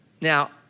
Now